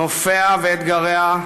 נופיה ואתגריה,